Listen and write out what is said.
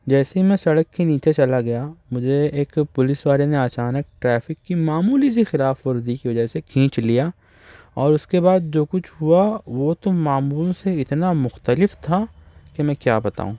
جیسے ہی میں سڑک کے نیچے چلا گیا مجھے ایک پولیس والے نے اچانک ٹریفک کی معمولی سی خلاف ورزی کی وجہ سے کھینچ لیا اور اس کے بعد جو کچھ ہوا وہ تو معمول سے اتنا مختلف تھا کہ میں کیا بتاؤں